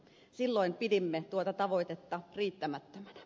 silloin pidimme tuota tavoitetta riittämättömänä